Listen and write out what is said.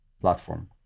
platform